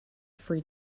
free